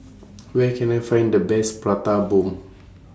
Where Can I Find The Best Prata Bomb